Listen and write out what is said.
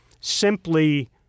simply